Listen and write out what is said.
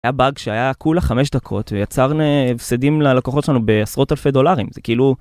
היה באג שהיה כולה 5 דקות ויצר הפסדים ללקוחות שלנו בעשרות אלפי דולרים זה כאילו.